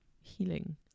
healing